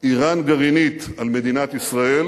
אירן גרעינית על מדינת ישראל,